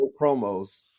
promos